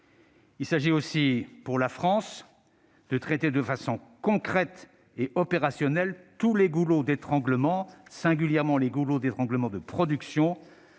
Il s'agit aussi pour la France de traiter de façon concrète et opérationnelle tous les goulots d'étranglement, singulièrement ceux de production,